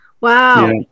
Wow